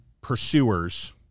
pursuers